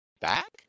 back